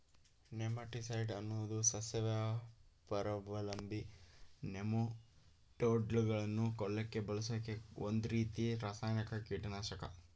nematicide ಅನ್ನೋದು ಸಸ್ಯಪರಾವಲಂಬಿ ನೆಮಟೋಡ್ಗಳನ್ನ ಕೊಲ್ಲಕೆ ಬಳಸೋ ಒಂದ್ರೀತಿ ರಾಸಾಯನಿಕ ಕೀಟನಾಶಕ